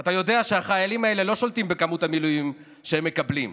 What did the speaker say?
אתה יודע שהחיילים האלה לא שולטים בכמות המילואים שהם מקבלים.